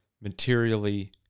materially